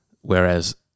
whereas